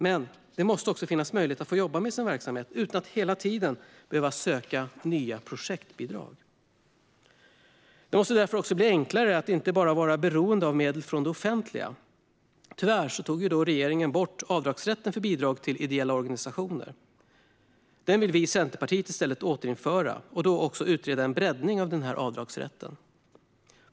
Men det måste också finnas möjlighet att få jobba med sin verksamhet utan att hela tiden behöva söka nya projektbidrag. Det måste därför bli enklare att inte bara vara beroende av medel från det offentliga. Tyvärr tog regeringen bort avdragsrätten för bidrag till ideella organisationer. Den vill vi i Centerpartiet i stället återinföra. Vi vill också utreda en breddning av denna avdragsrätt.